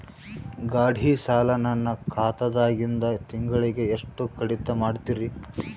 ಗಾಢಿ ಸಾಲ ನನ್ನ ಖಾತಾದಾಗಿಂದ ತಿಂಗಳಿಗೆ ಎಷ್ಟು ಕಡಿತ ಮಾಡ್ತಿರಿ?